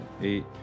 Eight